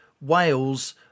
Wales